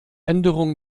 änderung